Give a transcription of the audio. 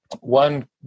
one